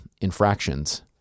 infractions